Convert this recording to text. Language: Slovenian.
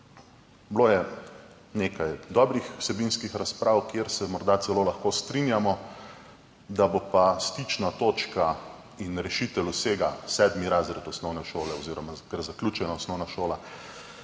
Bilo je nekaj dobrih vsebinskih razprav, kjer se morda celo lahko strinjamo, da bo pa stična točka in rešitev vsega sedmi razred osnovne šole oziroma kar zaključena osnovna šola,